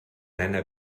einer